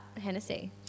Hennessy